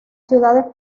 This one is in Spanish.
ciudades